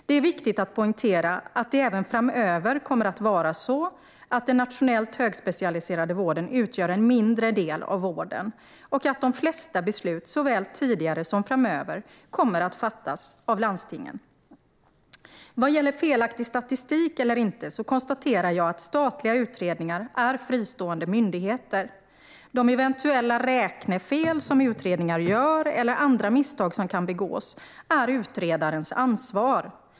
Det är viktigt att poängtera att det även framöver kommer att vara så att den nationellt högspecialiserade vården utgör en mindre del av vården och att de flesta beslut såväl tidigare som framöver fattas av landstingen. Vad gäller felaktig statistik eller inte konstaterar jag att statliga utredningar är fristående myndigheter. Eventuella räknefel som utredningar gör eller andra misstag som kan begås är utredarens ansvar.